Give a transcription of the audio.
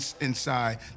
inside